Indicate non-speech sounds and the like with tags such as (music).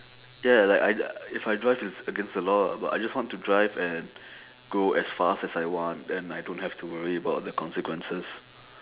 ya like I (noise) if I drive it's against the law ah but I just want to drive and go as fast as I want and I don't have to worry about the consequences